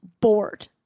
bored